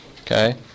Okay